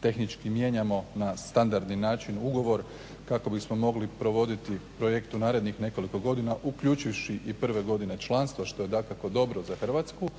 tehnički mijenjamo na standardni način ugovor kako bismo mogli provoditi projekt u narednih nekoliko godina uključivši i prve godine članstva što je dakako dobro za Hrvatsku,